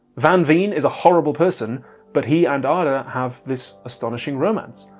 van veen is a horrible person but he and ada have this astonishing romance.